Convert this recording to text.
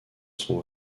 son